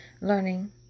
Learning